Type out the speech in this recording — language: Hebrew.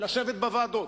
שישבו בוועדות.